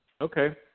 Okay